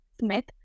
Smith